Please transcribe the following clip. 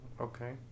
okay